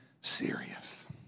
serious